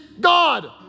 God